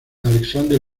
alexander